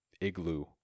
igloo